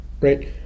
Right